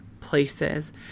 places